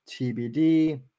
TBD